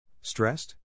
Stressed